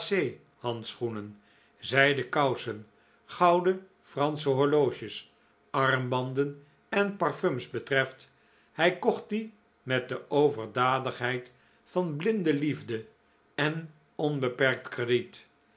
handschoenen zijden kousen gouden fransche horloges armbanden en parfums betreft hij kocht die met de overdadigheid van blinde liefde en onbeperkt crediet